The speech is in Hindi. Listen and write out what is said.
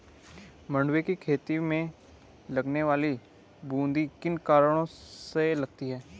मंडुवे की खेती में लगने वाली बूंदी किन कारणों से लगती है?